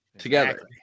together